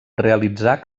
realitzà